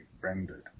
rendered